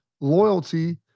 loyalty